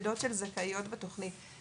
זה אני הבנתי מה שהיא אמרה,